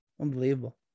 Unbelievable